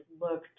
look